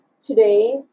today